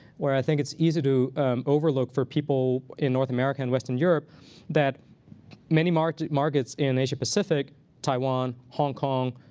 where i think it's easy to overlook for people in north america and western europe that many markets markets in asia-pacific taiwan, hong kong,